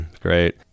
great